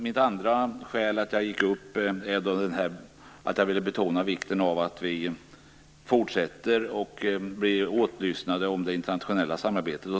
Mitt andra skäl att gå upp i debatten var att jag ville betona vikten av att vi fortsätter att bli åtlyssnade i det internationella samarbetet.